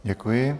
Děkuji.